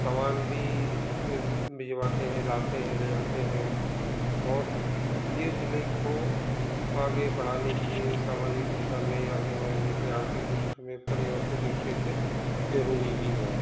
सामान भी भेजते हैं लाते हैं ले जाते हैं और ये जिले को आगे बढ़ाने के लिए सामाजिक दिशा में आगे बढ़ाने के लिए आर्थिक दिशा में परिवर्तित दृश्य से जरुरी भी है